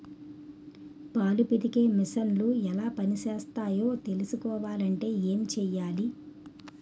పాలు పితికే మిసన్లు ఎలా పనిచేస్తాయో తెలుసుకోవాలంటే ఏం చెయ్యాలి?